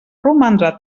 romandrà